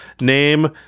Name